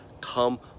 come